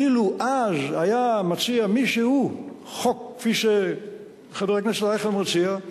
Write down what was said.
אילו אז היה מציע מישהו חוק כפי שחבר הכנסת אייכלר מציע,